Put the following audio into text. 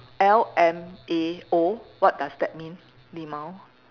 L M A O what does that mean lmao